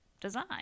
design